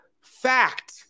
Fact